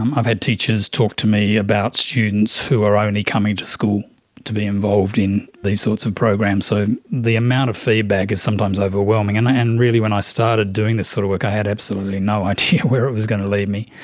um i've had teachers talk to me about students who are only coming to school to be involved in these sorts of programs. so the amount of feedback is sometimes overwhelming. and and really when i started doing this sort of work i had absolutely no idea where it was going to lead me.